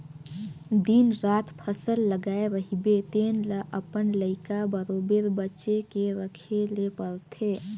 दिन रात फसल लगाए रहिबे तेन ल अपन लइका बरोबेर बचे के रखे ले परथे